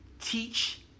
teach